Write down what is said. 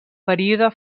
període